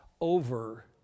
over